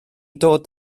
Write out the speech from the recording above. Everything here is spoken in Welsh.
dod